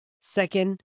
Second